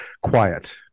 quiet